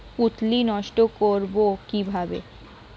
পুত্তলি নষ্ট করব কিভাবে?